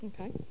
Okay